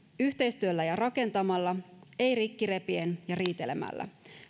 yhteistyöllä ja rakentamalla ei rikki repien ja riitelemällä